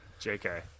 JK